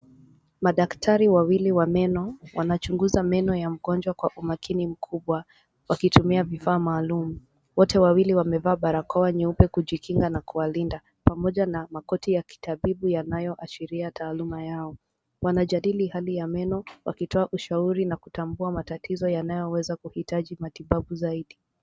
Madaktari wawili wa meno wanachunguza meno ya mgonjwa kwa umakini mkubwa, wakitumia vifaa maalumu. Wote wawili wamevaa barakoa nyeupe kujikinga na kuwalinda, pamoja na makoti ya kitabibu yanayoashiria taaluma yao. Wanajadili hali ya meno, wakitoa ushauri na kutambua matatizo yanayoweza kuhitaji matibabu zaidi.